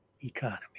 economy